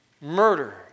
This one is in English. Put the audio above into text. Murder